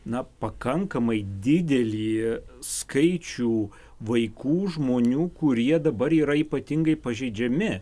na pakankamai didelį skaičių vaikų žmonių kurie dabar yra ypatingai pažeidžiami